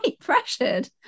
pressured